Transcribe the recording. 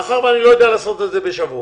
מאחר ואני לא יודע לעשות את זה בשבוע,